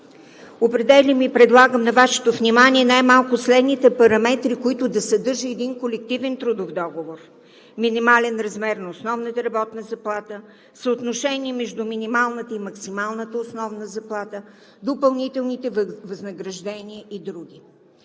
определям и предлагам на Вашето внимание най-малко следните параметри, които да съдържа един колективен трудов договор: минимален размер на основната работна заплата; съотношение между минималната и максималната основна заплата; допълнителните възнаграждения и други.